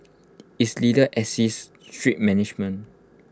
its leaders exercise strict management